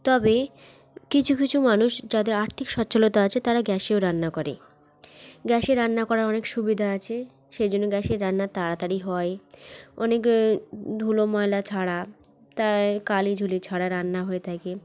তবে কিছু কিছু মানুষ যাদের আর্থিক সচ্ছলতা আছে তারা গ্যাসেও রান্না করে গ্যাসে রান্না করার অনেক সুবিধা আছে সেই জন্য গ্যাসের রান্না তাড়াতাড়ি হয় অনেক ধুলো ময়লা ছাড়া তা কালি ঝুলি ছাড়া রান্না হয়ে থাকে